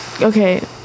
Okay